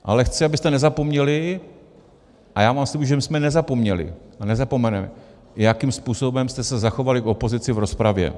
Ale chci, abyste nezapomněli, a já vám slibuju, že my jsme nezapomněli a nezapomeneme, jakým způsobem jste se zachovali k opozici v rozpravě.